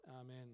Amen